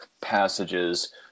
passages